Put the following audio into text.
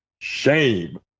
shame